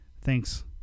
thanks